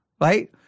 right